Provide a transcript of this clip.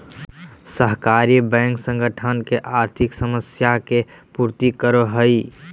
सहकारी बैंक संगठन के आर्थिक समस्या के पूर्ति करो हइ